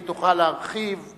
אני מתכבד לפתוח את